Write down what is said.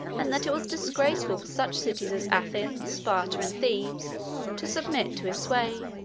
and that it was disgraceful for such cities as athens, sparta, and thebes to submit to his sway.